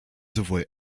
sowohl